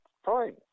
Fine